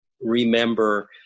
remember